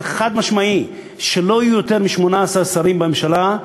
חד-משמעי שלא יהיו יותר מ-18 שרים בממשלה,